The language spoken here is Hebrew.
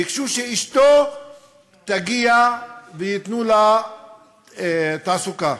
ביקשו שאשתו תגיע וייתנו לה תעסוקה.